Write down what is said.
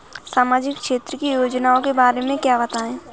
सामाजिक क्षेत्र की योजनाओं के बारे में बताएँ?